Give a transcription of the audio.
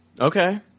Okay